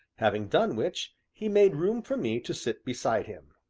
having done which, he made room for me to sit beside him.